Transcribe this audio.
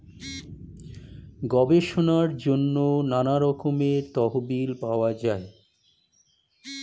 গবেষণার জন্য নানা রকমের তহবিল পাওয়া যায়